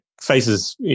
faces